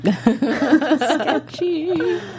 sketchy